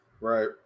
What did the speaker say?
Right